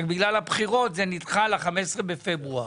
אבל בגלל הבחירות זה נדחה ל-15 בפברואר.